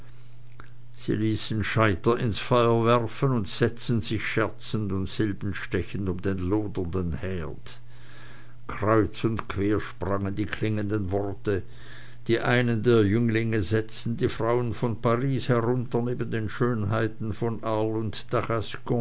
sie ließen scheiter ins feuer werfen und setzten sich scherzend und silbenstechend um den lodernden herd kreuz und quer sprangen die klingenden worte die einen der jünglinge setzten die frauen von paris herunter neben den schönheiten von arles und